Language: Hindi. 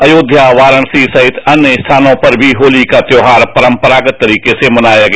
अयोध्या वाराणसी सहित अन्य स्थानों पर भी होली का त्योहार परंपरागत तरीके से मनाया गया